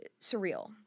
surreal